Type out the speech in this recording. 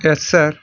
yes sir